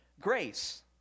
grace